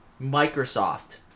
Microsoft